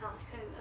orh 可以了